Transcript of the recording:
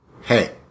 Hey